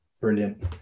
Brilliant